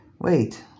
Wait